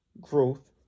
growth